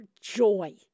joy